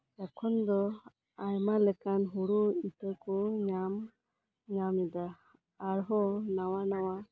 ᱮᱠᱷᱚᱱ ᱫᱚ ᱟᱭᱢᱟ ᱞᱮᱠᱟᱱ ᱦᱩᱲᱩ ᱤᱛᱟᱹ ᱠᱚ ᱧᱟᱢᱮᱫᱟ ᱟᱨᱦᱚ ᱱᱟᱣᱟ ᱱᱟᱣᱟ